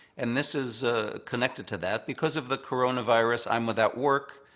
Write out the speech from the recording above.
and this is connected to that. because of the coronavirus i'm without work,